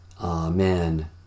Amen